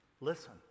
listen